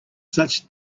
such